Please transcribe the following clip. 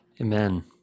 Amen